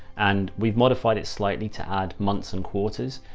and we've modified it slightly to add months and quarters,